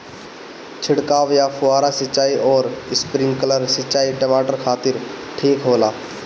छिड़काव या फुहारा सिंचाई आउर स्प्रिंकलर सिंचाई टमाटर खातिर ठीक होला?